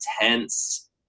intense